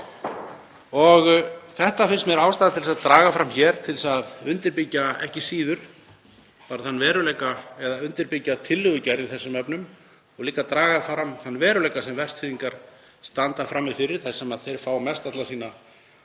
Þetta finnst mér ástæða til að draga fram hér til að undirbyggja ekki síður þann veruleika eða undirbyggja tillögugerð í þessum efnum og líka að draga fram þann veruleika sem Vestfirðingar standa frammi fyrir þar sem þeir fá mestalla sína